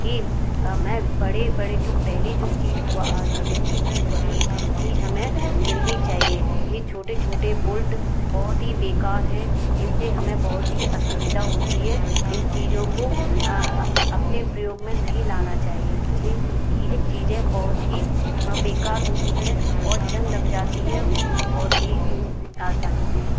कि में बड़े बड़े जो पहले जो चीज़ मिलती थी वही चीज़ हमें मिलनी चाहिए ये छोटे छोटे बोल्ट बहुत ही बेकार हैं इन से हमें बहुत ही असुविधा होती है इन चीज़ों को अपने प्रयोग में नहीं लाना चाहिए ये यह चीज़ें बहुत ही बेकार होती हैं और ज़ंग लग जाता है बहुत ही आसानी से